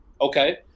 okay